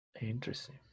Interesting